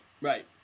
right